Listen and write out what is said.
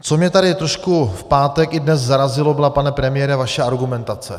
Co mě tady trošku v pátek i dnes zarazilo, byla, pane premiére, vaše argumentace.